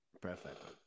Perfect